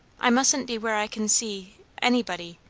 i musn't be where i can see anybody.